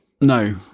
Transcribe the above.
No